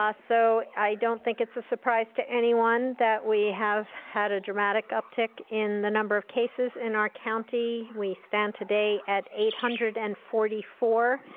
ah so, i don't think it's a surprise to anyone that we have had a dramatic uptick in the number of cases in our county. we stand today at eight hundred and forty four.